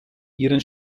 ihren